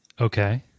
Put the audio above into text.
Okay